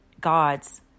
gods